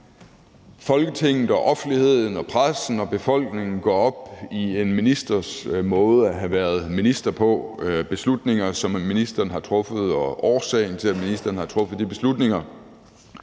Folketinget, offentligheden, pressen og befolkningen går op i en ministers måde at have været minister på, beslutninger, som ministeren har truffet, og årsagen til, at ministeren har truffet de beslutninger.